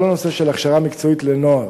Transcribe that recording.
כל הנושא של הכשרה מקצועית לנוער,